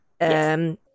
yes